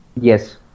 Yes